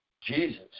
Jesus